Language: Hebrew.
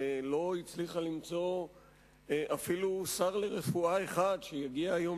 שלא הצליחה למצוא אפילו שר אחד לרפואה שיגיע היום